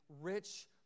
rich